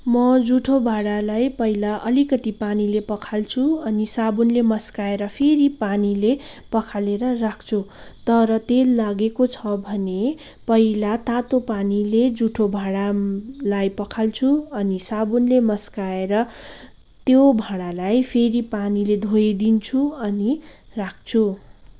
म जुठो भाँडालाई पहिला अलिकति पानीले पखाल्छु अनि साबुनले मस्काएर फेरि पानीले पखालेर राख्छु तर तेल लागेको छ भने पहिला तातो पानीले जुठो भाँडालाई पखाल्छु अनि साबुनले मस्काएर त्यो भाँडालाई फेरि पानीले धोइदिन्छु अनि राख्छु